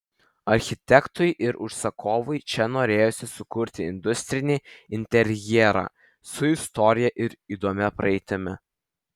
architektui ir užsakovui čia norėjosi sukurti industrinį interjerą su istorija ir įdomia praeitimi